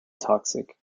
toxic